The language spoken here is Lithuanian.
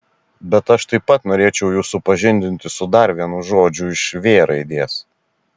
bet aš taip pat norėčiau jus supažindinti su dar vienu žodžiu iš v raidės